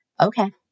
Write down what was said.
Okay